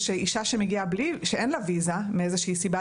זה שאישה שמגיעה כשאין לה ויזה מאיזושהי סיבה,